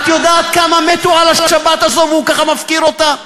את יודעת כמה מתו על השבת הזו והוא ככה מפקיר אותה?